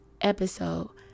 episode